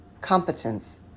competence